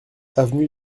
avenue